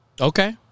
Okay